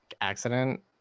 accident